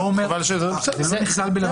אבל זה יהיה רק במצב חירום קורונה.